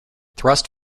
thrust